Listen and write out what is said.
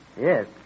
Yes